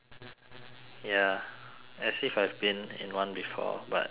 ya as if I've been in one before but it feels like it